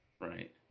right